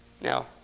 Now